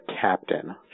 captain